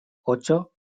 ocho